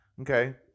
okay